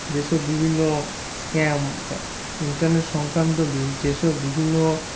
যেসব বিভিন্ন scam internet সংক্রান্ত যে সব বিভিন্ন